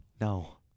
No